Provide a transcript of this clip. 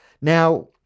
Now